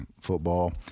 football